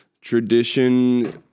tradition-